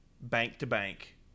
bank-to-bank